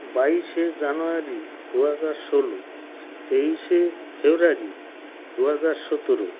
বাইশে জানুয়ারি দু হাজার ষোলো তেইশে ফেব্রুয়ারি দু হাজার সতেরো